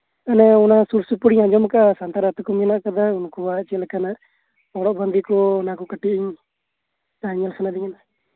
ᱚᱱᱟ ᱥᱩᱨ ᱥᱩᱯᱩᱨ ᱨᱤᱧ ᱟᱸᱡᱚᱢ ᱟᱠᱟᱫᱟ ᱥᱟᱱᱛᱟᱞ ᱟᱹᱛᱩ ᱠᱚ ᱢᱮᱱᱟᱜ ᱠᱟᱫᱟ ᱩᱱᱠᱩᱣᱟᱜ ᱚᱲᱟᱜ ᱪᱮᱫ ᱞᱮᱠᱟᱱᱟ ᱦᱚᱨᱚᱜ ᱵᱟᱸᱫᱮ ᱠᱚ ᱟᱸᱡᱚᱢ ᱥᱟᱱᱟᱭᱤᱧ